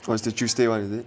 oh the tuesday [one] is it